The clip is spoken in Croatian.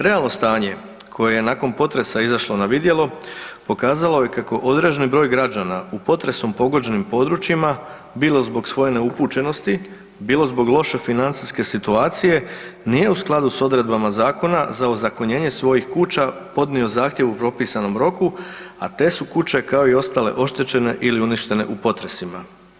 Realno stanje koje je nakon potresa izašlo na vidjelo pokazalo je kako određeni broj građana u potresom pogođenim područjima bilo zbog svoje neupućenosti, bilo zbog loše financijske situacije nije u skladu sa odredbama zakona za ozakonjenje svojih kuća podnio zahtjev u propisanom roku, a te su kuće kao i ostale oštećene ili uništene u potresima.